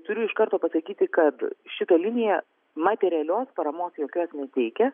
turiu iš karto pasakyti kad šita linija materialios paramos jokios neteikia